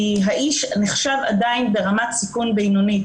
כי האיש נחשב עדיין ברמת סיכון בינונית,